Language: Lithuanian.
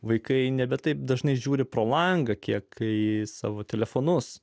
vaikai nebe taip dažnai žiūri pro langą kiek kai savo telefonus